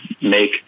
make